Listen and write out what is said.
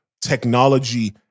technology